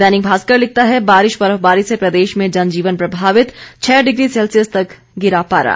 दैनिक भास्कर लिखता है बारिश बर्फबारी से प्रदेश में जनजीवन प्रभावित छह डिग्री सैल्सियस तक गिरा पारा